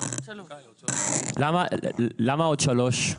למה עוד שלוש?